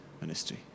ministry